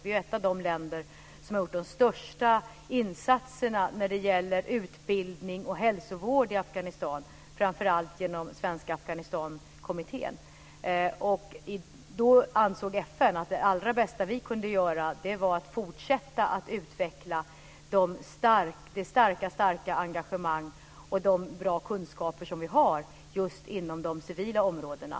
Vi är ett av de länder som har gjort de största insatserna när det gäller utbildning och hälsovård i Afghanistan, framför allt genom Svenska Afghanistankommittén. FN ansåg att det allra bästa vi kan göra är att fortsätta att utveckla det starka engagemang och de bra kunskaper som vi har inom de civila områdena.